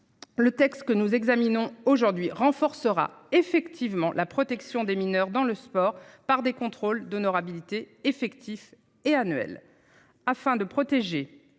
Le texte que nous examinons aujourd'hui renforcera effectivement la protection des mineurs dans le sport par des contrôles d'honorabilité effectif et annuel afin de protéger